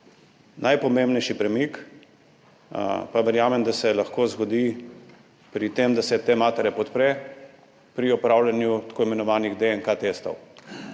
Najpomembnejši premik pa verjamem, da se lahko zgodi pri tem, da se te matere podpre pri opravljanju tako imenovanih DNK testov.